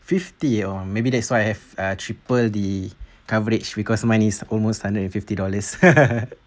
fifty or maybe that's why I have uh triple the coverage because mine is almost hundred and fifty dollars